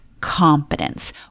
competence